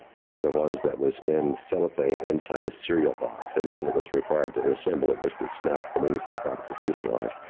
one of the ones that was in cellophane inside a cereal box and all that was required to assemble it was to snap the wings on top of the fuselage.